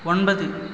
ஒன்பது